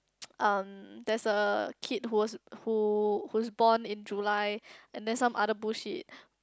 um there's a kid who was who who's born in July and then some other bullshit